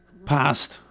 passed